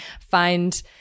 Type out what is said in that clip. find